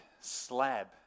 slab